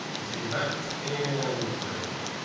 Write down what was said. we've seen that, and there we go.